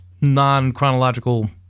non-chronological